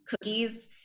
cookies